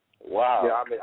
Wow